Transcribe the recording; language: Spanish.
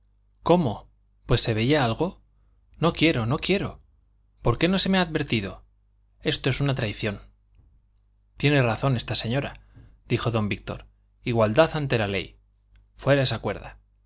cómo pues se veía algo no quiero no quiero por qué no se me ha advertido esto es una traición tiene razón esta señora dijo don víctor igualdad ante la ley fuera